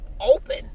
open